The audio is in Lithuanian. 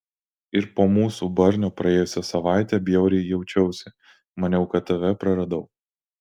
ir po mūsų barnio praėjusią savaitę bjauriai jaučiausi maniau kad tave praradau